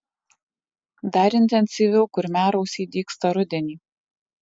dar intensyviau kurmiarausiai dygsta rudenį